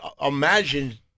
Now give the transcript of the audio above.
imagine